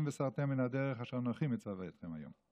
וסרתם מן הדרך אשר אנכי מצוה אתכם היום".